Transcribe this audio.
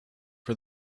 for